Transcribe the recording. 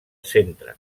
centre